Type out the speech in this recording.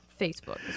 Facebook